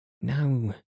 No